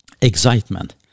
excitement